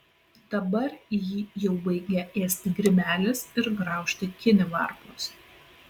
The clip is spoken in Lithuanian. dabar jį jau baigia ėsti grybelis ir graužti kinivarpos